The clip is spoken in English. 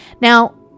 Now